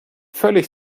völlig